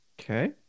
Okay